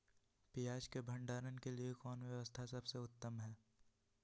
पियाज़ के भंडारण के लिए कौन व्यवस्था सबसे उत्तम है?